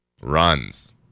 runs